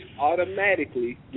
automatically